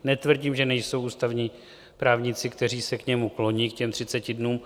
Netvrdím, že nejsou ústavní právníci, kteří se k němu kloní, k těm 30 dnům.